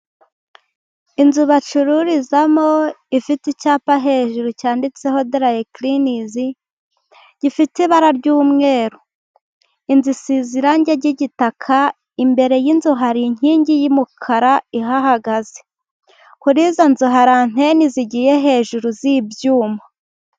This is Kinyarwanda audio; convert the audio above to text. Inzu bacururizamo ifite icyapa hejuru cyanditseho darayikirinizi gifite ibara ry'umweru, inzu isize irangi ry'igitaka. Imbere y'inzu hari inkingi y'umukara ihahagaze, kurizo nzu hari anteni zigiye hejuru z'ibyuma.